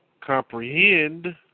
comprehend